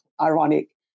ironic